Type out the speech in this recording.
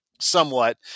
somewhat